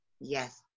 Yes